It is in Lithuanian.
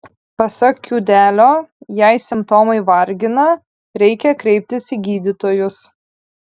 pasak kiudelio jei simptomai vargina reikia kreiptis į gydytojus